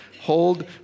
hold